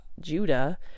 Judah